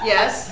Yes